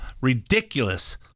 ridiculous